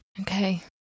Okay